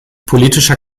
politischer